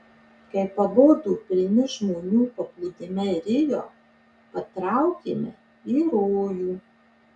kai pabodo pilni žmonių paplūdimiai rio patraukėme į rojų